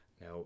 Now